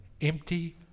Empty